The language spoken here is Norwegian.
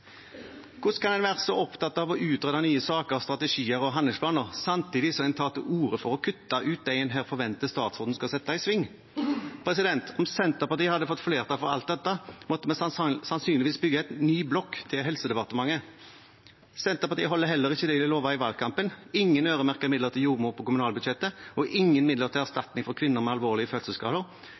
Hvordan kan en være så opptatt av å utrede nye saker, strategier og handlingsplaner samtidig som en tar til orde for å kutte ut dem en her forventer statsråden skal sette i sving? Om Senterpartiet hadde fått flertall for alt dette, måtte vi sannsynligvis ha bygd en ny blokk til Helsedepartementet. Senterpartiet holder heller ikke det de lovet i valgkampen – ingen øremerkede midler til jordmødre på kommunalbudsjettet og ingen midler til erstatning for kvinner med alvorlige